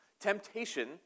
temptation